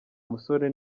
musore